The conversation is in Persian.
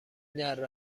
دره